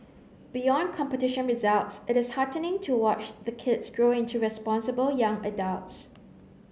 beyond competition results it is heartening to watch the kids grow into responsible young adults